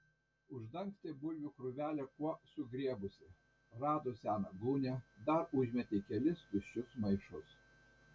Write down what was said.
uždangstė bulvių krūvelę kuo sugriebusi rado seną gūnią dar užmetė kelis tuščius maišus